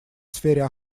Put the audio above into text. сфере